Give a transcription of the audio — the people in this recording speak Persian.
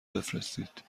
بفرستید